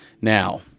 Now